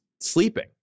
sleeping